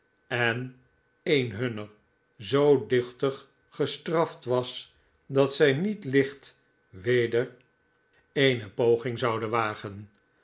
en een hunner zoo duchtig gestraft was dat zij niet licht weder eene poging zouden wagen